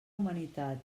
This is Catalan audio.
humanitat